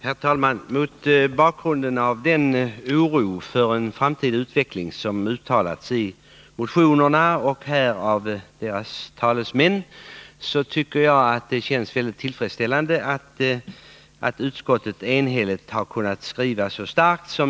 Herr talman! Mot bakgrund av den oro för en framtida utveckling som uttalats i motionerna och här av deras talesmän tycker jag att det känns väldigt tillfredsställande att utskottet enhälligt har kunnat skriva så starkt.